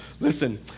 Listen